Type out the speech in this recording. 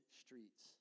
streets